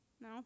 No